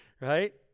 right